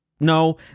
no